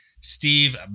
Steve